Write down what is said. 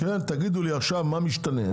כן תגידו לי עכשיו מה משתנה,